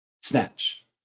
snatch